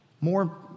More